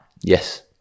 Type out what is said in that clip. Yes